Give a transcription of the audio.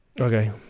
Okay